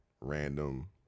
random